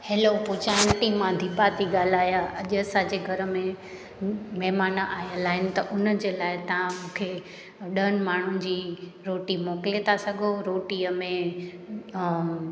hello Puja aunty मां दीपा थी ॻाल्हायां अॼु असांजे घर में महिमान आयल आहिनि त हुनजे लाइ तव्हां मूंखे ॾहनि माण्हुनि जी रोटी मोकिले था सघो रोटीअ में